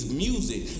music